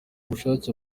bushake